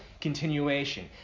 continuation